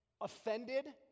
offended